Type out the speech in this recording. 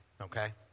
okay